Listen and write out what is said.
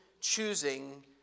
choosing